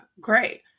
great